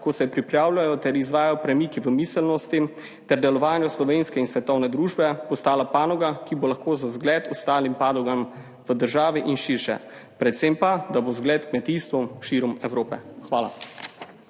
ko se pripravljajo ter izvajajo premiki v miselnosti ter delovanju slovenske in svetovne družbe, postala panoga, ki bo lahko za zgled ostalim panogam v državi in širše, predvsem pa, da bo zgled kmetijstvu širom Evrope. Hvala.